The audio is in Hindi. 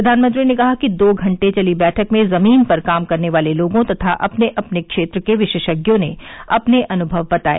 प्रधानमंत्री ने कहा कि दो घंटे चली बैठक में जमीन पर काम करने वाले लोगों तथा अपने अपने क्षेत्र के विशेषज्ञों ने अपने अनुभव बताए